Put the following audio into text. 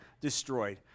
destroyed